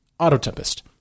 Autotempest